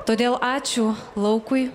todėl ačiū laukui